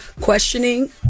questioning